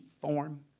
form